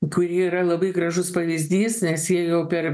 kuri yra labai gražus pavyzdys nes jie jau per